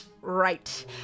right